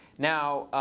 now,